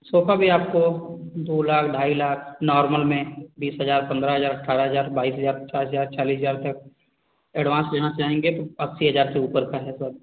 sofa भी आपको दो लाख ढाई लाख नोरमल में तीस हजार पन्द्रह हजार अठारह हजार बाईस हजार चार हजार चालीस हजार तक एडवांस देना चाहेंगे तो अस्सी हजार से ऊपर का है बेड